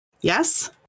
Yes